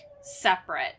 separate